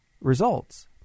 results